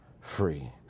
free